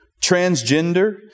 transgender